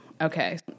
Okay